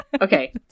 Okay